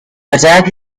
attack